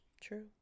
True